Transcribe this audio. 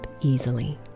easily